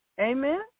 Amen